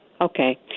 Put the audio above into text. Okay